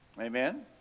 Amen